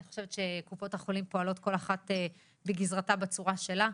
אני חושבת שקופות החולים פועלות כל אחת בגזרתה ובצורה שלה,